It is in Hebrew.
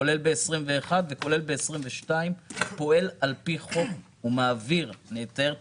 כולל ב-2021 וכולל ב-2022 פועל על פי חוק ומעביר את